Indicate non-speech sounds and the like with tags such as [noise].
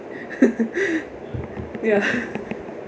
[laughs] ya